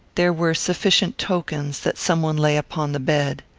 there were sufficient tokens that some one lay upon the bed.